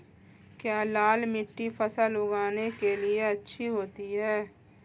क्या लाल मिट्टी फसल उगाने के लिए अच्छी होती है?